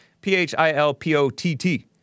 P-H-I-L-P-O-T-T